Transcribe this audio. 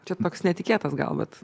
čia toks netikėtas gal bet